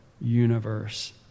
universe